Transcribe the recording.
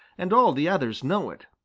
and all the others know it.